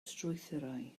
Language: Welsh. strwythurau